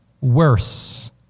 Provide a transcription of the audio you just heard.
worse